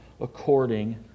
according